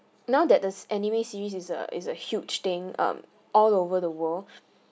now that this anime series is a is a huge thing um all over the world